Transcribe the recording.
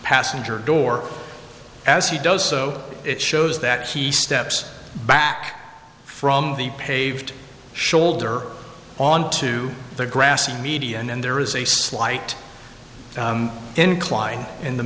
passenger door as he does so it shows that he steps back from the paved shoulder onto the grassy median and there is a slight incline in the